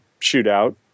shootout